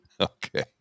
okay